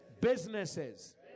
businesses